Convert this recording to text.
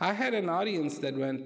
i had an audience that went